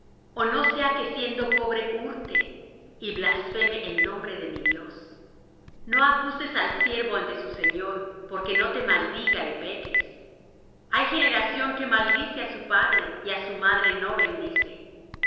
o no sea que siendo pobre hurte y blasfeme el nombre de mi dios no acuses al siervo ante su señor porque no te maldiga y peques hay generación que maldice á su padre y á su madre no bendice hay